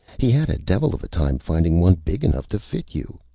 he had a devil of a time finding one big enough to fit you.